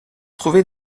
trouver